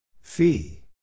Fee